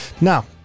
Now